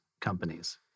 companies